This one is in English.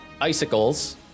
icicles